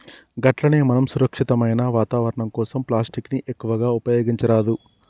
గట్లనే మనం సురక్షితమైన వాతావరణం కోసం ప్లాస్టిక్ ని ఎక్కువగా ఉపయోగించరాదు